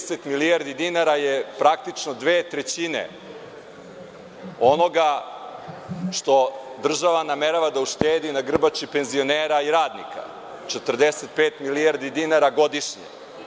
Praktično, 30 milijardi dinara je dve trećine onoga što država namerava da uštedi na grbači penzionera i radnika, 40 milijardi dinara godišnje.